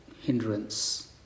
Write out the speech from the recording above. hindrance